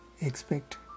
expect